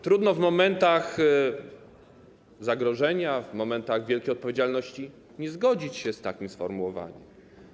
Trudno w momentach zagrożenia, w momentach wielkiej odpowiedzialności nie zgodzić się z takim sformułowaniem.